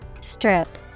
Strip